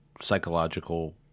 psychological